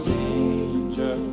danger